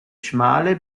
schmale